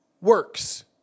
works